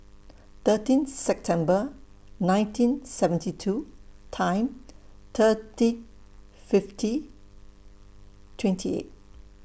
thirteen September nineteen seventy two Time thirty fifty twenty eight